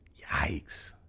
Yikes